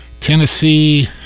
Tennessee